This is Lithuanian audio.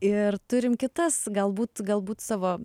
ir turim kitas galbūt galbūt savo